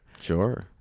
Sure